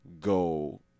go